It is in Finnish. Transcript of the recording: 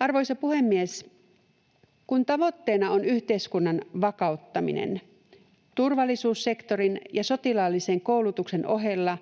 Arvoisa puhemies! Kun tavoitteena on yhteiskunnan vakauttaminen, turvallisuussektorin ja sotilaallisen koulutuksen ohella